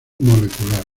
molecular